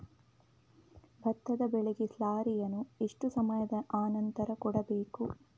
ಭತ್ತದ ಬೆಳೆಗೆ ಸ್ಲಾರಿಯನು ಎಷ್ಟು ಸಮಯದ ಆನಂತರ ಕೊಡಬೇಕು?